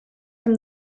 from